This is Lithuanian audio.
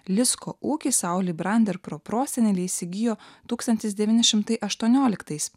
lisko ūkį sauli brander proproseneliai įsigijo tūkstantis devyni šimtai aštuonioliktais